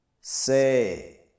Say